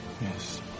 Yes